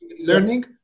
learning